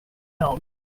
milk